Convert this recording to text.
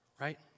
Right